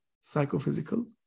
psychophysical